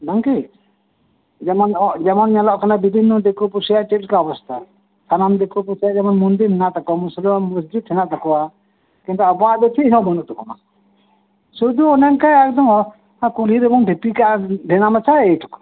ᱜᱚᱝ ᱠᱮ ᱡᱮᱢᱚᱱ ᱡᱮᱢᱚᱱ ᱧᱮᱞᱚᱜ ᱠᱟᱱᱟ ᱵᱤᱵᱷᱤᱱᱱᱚ ᱫᱤᱠᱩ ᱯᱩᱥᱤᱭᱟᱜ ᱪᱮᱫ ᱞᱮᱠᱟ ᱚᱵᱚᱥᱛᱟ ᱥᱟᱱᱟᱢ ᱫᱤᱠᱩ ᱯᱩᱥᱤᱭᱟᱜ ᱡᱮᱢᱚᱱ ᱢᱩᱱᱫᱤᱨ ᱢᱮᱱᱟᱜ ᱠᱟᱫ ᱛᱟᱠᱚᱣᱟ ᱢᱩᱥᱞᱟᱹᱣᱟᱜ ᱢᱚᱥᱡᱤᱛ ᱦᱮᱱᱟᱜ ᱛᱟᱠᱚᱣᱟ ᱠᱤᱱᱛᱩ ᱟᱵᱚᱣᱟᱜ ᱫᱚ ᱪᱮᱫ ᱦᱚᱸ ᱵᱟᱱᱩᱜ ᱛᱟᱵᱚᱱᱟ ᱥᱩᱫᱩ ᱚᱱᱮ ᱚᱱᱠᱟ ᱠᱩᱞᱦᱤ ᱨᱮᱵᱚᱱ ᱰᱷᱤᱯᱤ ᱠᱟᱜᱼᱟ ᱰᱷᱮᱞᱟ ᱢᱮᱥᱟ ᱮᱭᱴᱩᱠᱩ